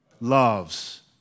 ...loves